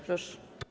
Proszę.